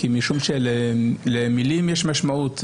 משום שלמילים יש משמעות,